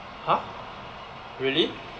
!huh! really